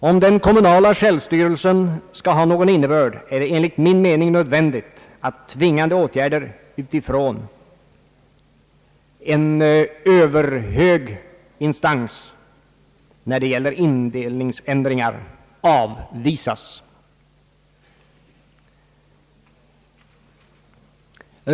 Om den kommunala självstyrelsen skall ha någon innebörd är det enligt min mening nöd vändigt att tvingande åtgärder från en överhög instans när det gäller indelningsändringar avvisas.